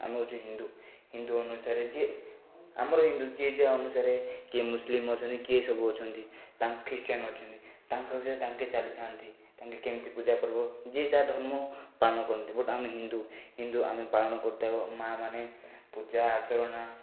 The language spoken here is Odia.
ଆମେ ହେଉଛି ହିନ୍ଦୁ ହିନ୍ଦୁ ଅନୁସାରେ ଯିଏ ଆମର ହିନ୍ଦୁ ଯିଏ ଯାହା ଅନୁସାରେ କିଏ ମୁସଲିମ ଅଛନ୍ତି କିଏ ସବୁ ଅଛନ୍ତି ତାଙ୍କ ଖ୍ରୀଷ୍ଟିଆନ୍ ଅଛନ୍ତି ତାଙ୍କର ତାଙ୍କେ ଚାଲିଥାନ୍ତି ତାଙ୍କେ କେମତି ପୂଜା କରିବ ଯିଏ ଯାହା ଧର୍ମ ପାଳନ କରନ୍ତି ବଟ୍ ଆମେ ହିନ୍ଦୁ ହିନ୍ଦୁ ଆମେ ପାଳନ କରୁଥାଉ ମା' ମାନେ ପୂଜା ଅର୍ଚ୍ଚନା